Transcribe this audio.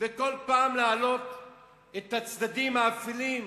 וכל פעם להעלות את הצדדים האפלים,